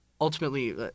ultimately